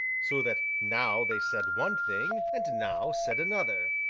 so that now they said one thing, and now said another,